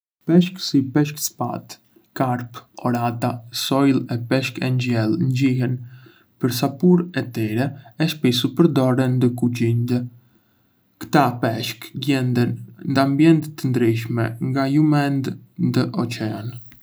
Peshq si peshk shpatë, karp, orata, sojlë e peshk engjëll njihen për sapúrn e tyre e shpissu përdoren ndë kuzhindë. Këta peshq gjedhén ndë ambiente të ndryshme, nga lumenjtë ndë oqeane.